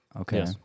Okay